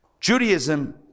Judaism